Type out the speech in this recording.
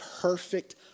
perfect